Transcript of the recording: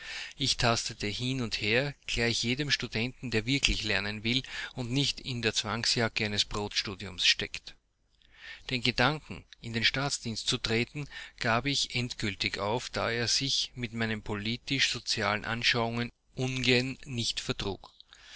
ich tastete hin und her gleich jedem studenten der wirklich lernen will und nicht in der zwangsjacke eines brotstudiums steckt den gedanken in den staatsdienst zu treten gab ich endgültig auf da er sich mit meinen politisch sozialen anschauungen ungen nicht vertrug